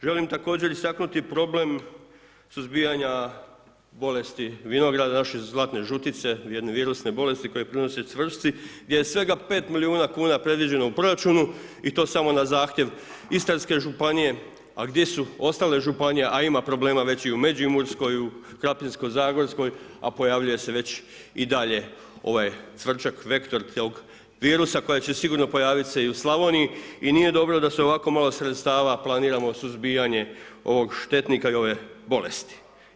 Želim također, istaknuti problem suzbijanja bolesti vinograda, naše zlatne žutice, jedne virusne bolesti koju prenose cvrčci, gdje je svega 5 milijuna kuna predviđeno u Proračunu i to samo na zahtjev Istarske županije a gdje su ostale županije a ima problema već i u Međimurskoj, u Krapinsko-zagorskoj a pojavljuje se već i dalje ovaj cvrčak vektor tog virusa, koja sigurno će se pojaviti i u Slavoniji i nije dobro da sa ovako malo sredstava planiramo suzbijanje ovog štetnika i ove bolesti.